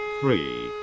three